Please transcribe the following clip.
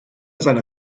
seiner